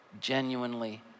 genuinely